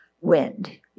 wind